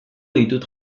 ditut